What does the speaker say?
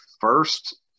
first